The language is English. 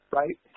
right